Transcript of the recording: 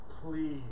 please